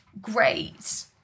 great